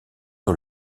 sur